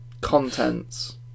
contents